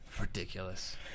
Ridiculous